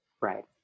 right